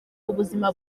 ubuzima